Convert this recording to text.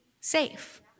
safe